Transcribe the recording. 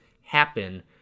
happen